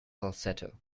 falsetto